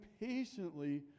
patiently